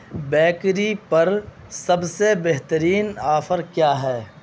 bakery پر سب سے بہترین آفر کیا ہے